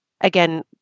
again